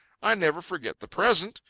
i never forget the present.